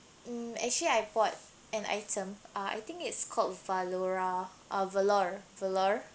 mm actually I bought an item uh I think it's called fedora uh velour velour